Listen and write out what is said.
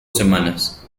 semanas